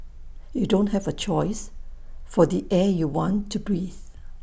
you don't have A choice for the air you want to breathe